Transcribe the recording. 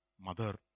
mother